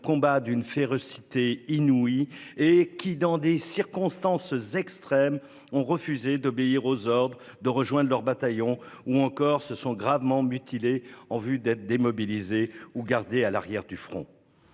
combat d'une férocité inouïe et qui, dans des circonstances extrêmes ont refusé d'obéir aux ordres de rejoindre leur bataillon ou encore se sont gravement mutilé en vue d'être démobilisés ou garder à l'arrière du front.